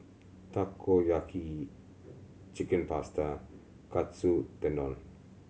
Takoyaki Chicken Pasta Katsu Tendon